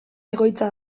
egoitza